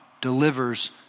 delivers